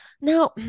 now